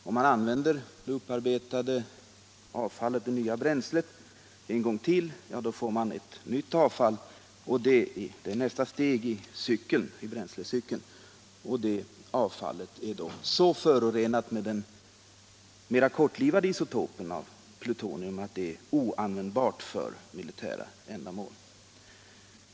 Om man använder det upparbetade avfallet, det nya bränslet, en gång till får man 43 ett nytt avfall, som nästa steg i bränslecykeln. Det avfallet är dock så förorenat av den mera kortlivade isotopen plutonium att det är oanvändbart för mili damål.